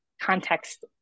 context